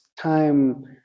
time